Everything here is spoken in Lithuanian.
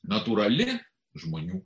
natūrali žmonių